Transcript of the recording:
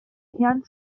herrn